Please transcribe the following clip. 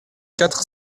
quatre